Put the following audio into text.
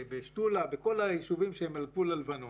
בשתולה ובכל הישובים שהם על גבול הלבנון.